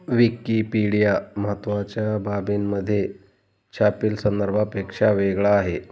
Wikipedia महत्त्वाच्या बाबींमध्ये छापील संदर्भापेक्षा वेगळा आहे